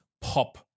pop